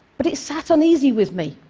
but it sat uneasy with me.